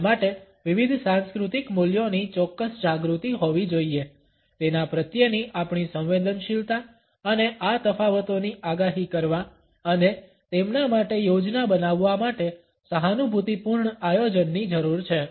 તેના માટે વિવિધ સાંસ્કૃતિક મૂલ્યોની ચોક્કસ જાગૃતિ હોવી જોઇએ તેના પ્રત્યેની આપણી સંવેદનશીલતા અને આ તફાવતોની આગાહી કરવા અને તેમના માટે યોજના બનાવવા માટે સહાનુભૂતિપૂર્ણ આયોજન ની જરૂર છે